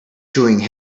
chewing